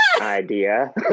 idea